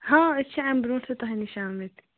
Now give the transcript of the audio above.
ہاں أسۍ چھِ أمۍ برٛۄنٛٹھ تہِ تۄہہِ نِش آمٕتۍ